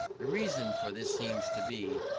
the reason for this seems to be,